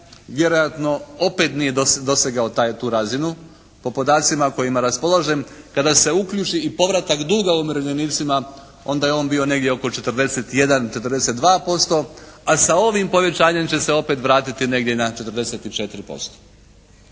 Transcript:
vjerojatno opet nije dosegao tu razinu, po podacima kada raspolažem, kada se uključi i povratak duga umirovljenicima onda je on bio negdje oko 41-42% a sa ovim povećanjem će se opet vratiti negdje na 44%.